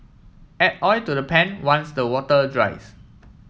add oil to the pan once the water dries